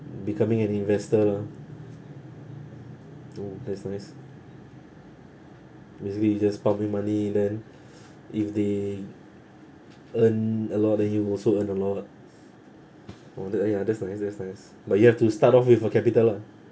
becoming an investor mm that's nice basically you just pop in money then if they earn a lot then you will also earn a lot lah oh the uh ya that's nice that's nice but you have to start off with a capital lah